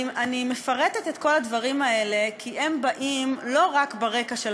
אני מפרטת את כל הדברים האלה כי הם לא רק ברקע של